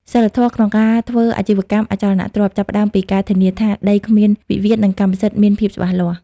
សីលធម៌ក្នុងការធ្វើអាជីវកម្មអចលនទ្រព្យ ចាប់ផ្ដើមពីការធានាថា "ដីគ្មានវិវាទ និងកម្មសិទ្ធិមានភាពច្បាស់លាស់"។